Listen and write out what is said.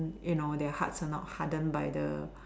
you know their hearts are not harden by the